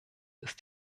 ist